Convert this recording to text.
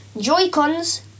Joy-Cons